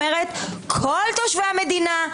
כלומר כל תושבי המדינה,